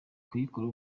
kuyikoraho